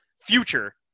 future